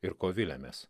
ir ko viliamės